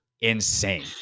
insane